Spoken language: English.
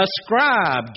Ascribe